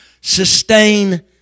Sustain